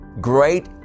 Great